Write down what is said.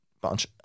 bunch